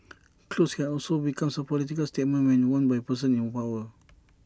clothes can also become A political statement when worn by persons in power